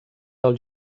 del